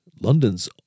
London's